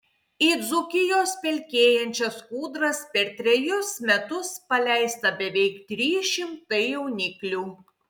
į dzūkijos pelkėjančias kūdras per trejus metus paleista beveik trys šimtai jauniklių